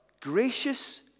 gracious